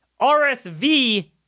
RSV